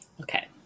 Okay